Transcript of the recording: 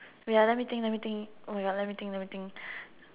wait ah let me think let me think oh my god let me think let me think